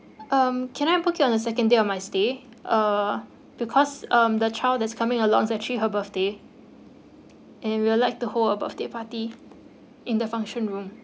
um can I book it on the second day of my stay uh because um the child that's coming along it's actually her birthday and we would like to hold a birthday party in the function room